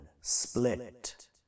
split